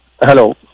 hello